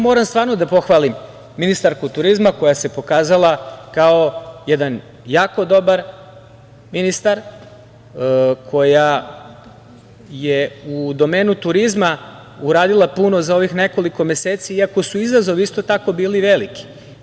Moram stvarno da pohvalim ministarku turizma koja se pokazala kao jedan jako dobar ministar, koja je u domenu turizma uradila puno za ovih nekoliko meseci, iako su izazovi isto tako bili veliki.